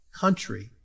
country